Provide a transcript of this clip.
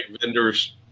vendors